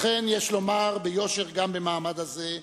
אכן, יש לומר ביושר, גם במעמד הזה: